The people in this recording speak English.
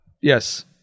Yes